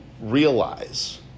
realize